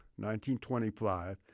1925